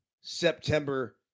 September